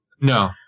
No